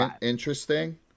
interesting